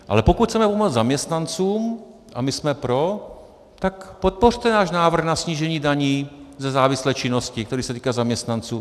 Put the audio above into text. Ale pokud chceme ulevovat zaměstnancům, a my jsme pro, tak podpořte náš návrh na snížení daní ze závislé činnosti, který se týká zaměstnanců.